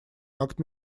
акт